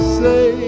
say